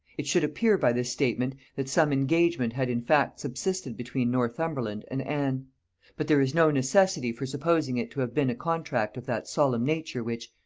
it should appear by this statement, that some engagement had in fact subsisted between northumberland and anne but there is no necessity for supposing it to have been a contract of that solemn nature which,